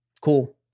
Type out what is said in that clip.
Cool